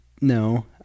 No